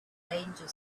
danger